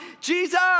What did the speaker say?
Jesus